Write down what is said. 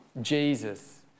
Jesus